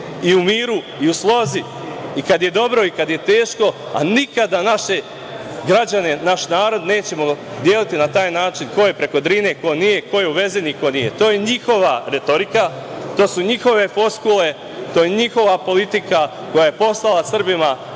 i u miru, i u slozi, i kad je dobro i kad je teško. Nikada naše građane, naš narod nećemo deliti na taj način ko je preko Drine, ko nije, ko je uvezen i ko nije. To je njihova retorika, to su njihove floskule, to je njihova politika koja je poslala Srbima